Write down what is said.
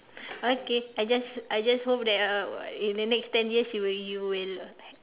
okay I just I just hope that uh in the next ten years you will you will